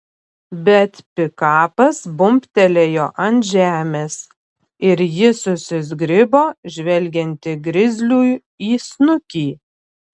bet pikapas bumbtelėjo ant žemės ir ji susizgribo žvelgianti grizliui į snukį